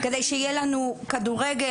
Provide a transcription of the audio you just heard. כדי שיהיה לנו כדורגל,